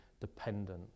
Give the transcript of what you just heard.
dependent